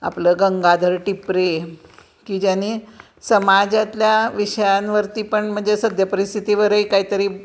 आपलं गंगाधर टिपरे की ज्यानी समाजातल्या विषयांवरती पण म्हणजे सद्यपरिस्थितीवरही काही तरी